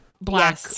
black